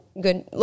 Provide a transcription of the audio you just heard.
good